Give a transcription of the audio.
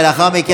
ולאחר מכן,